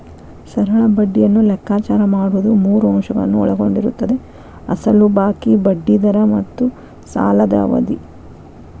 ಸರಳ ಬಡ್ಡಿಯನ್ನು ಲೆಕ್ಕಾಚಾರ ಮಾಡುವುದು ಮೂರು ಅಂಶಗಳನ್ನು ಒಳಗೊಂಡಿರುತ್ತದೆ ಅಸಲು ಬಾಕಿ, ಬಡ್ಡಿ ದರ ಮತ್ತು ಸಾಲದ ಅವಧಿ